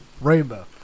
Rainbow